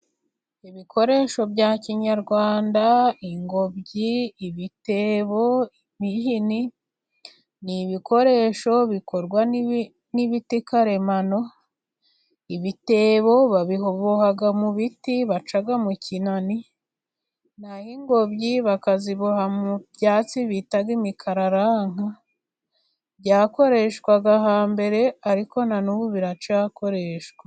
Ibikoresho bya kinyarwanda: ingobyi, ibitebo, imihini; ni ibikoresho bikorwa n'ibiti karemano ibitebo babiboha mu biti baca mu kinani, naho ingobyi bakaziboha mu byatsi bita imikararanka, byakoreshwaga hambere, ariko na nubu biracyakoreshwa.